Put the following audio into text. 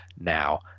now